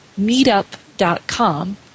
Meetup.com